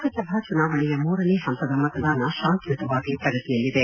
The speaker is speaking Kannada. ಲೋಕಸಭಾ ಚುನಾವಣೆಯ ಮೂರನೇ ಹಂತದ ಮತದಾನ ಶಾಂತಿಯುತವಾಗಿ ಪ್ರಗತಿಯಲ್ಲಿದೆ